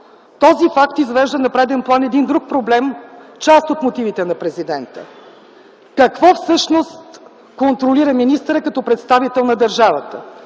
Този факт извежда на преден план един друг проблем – част от мотивите на президента. Какво всъщност контролира министърът като представител на държавата?